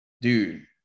dude